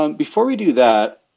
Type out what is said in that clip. um before we do that,